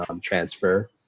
transfer